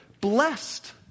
blessed